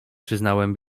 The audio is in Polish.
przyznałem